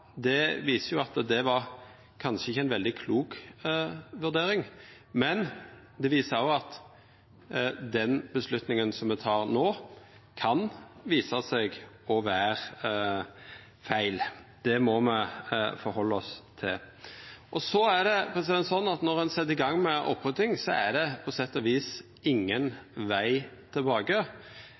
teke, viser jo at det kanskje ikkje var ei veldig klok vurdering, men det viser òg at den avgjerda me tek no, kan visa seg å vera feil. Det må me takla. Når ein set i gang med opprydding, er det på sett og vis ingen veg tilbake.